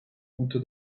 unter